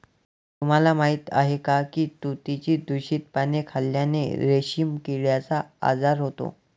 तुम्हाला माहीत आहे का की तुतीची दूषित पाने खाल्ल्याने रेशीम किड्याचा आजार होतो